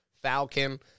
Falcon